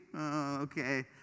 Okay